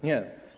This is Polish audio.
Nie.